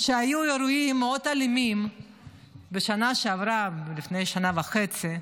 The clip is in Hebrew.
כשהיו אירועים מאוד אלימים בשנה שעברה ולפני שנה וחצי,